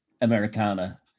Americana